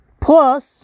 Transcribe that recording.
Plus